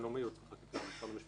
משרד המשפטים.